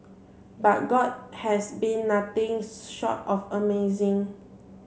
but god has been nothing short of amazing